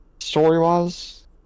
Story-wise